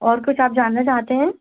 और कुछ आप जानना चाहते हैं